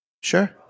Sure